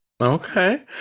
okay